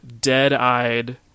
dead-eyed